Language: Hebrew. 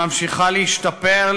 הממשיכה להשתפר,